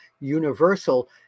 Universal